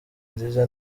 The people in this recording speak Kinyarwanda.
nziza